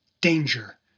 danger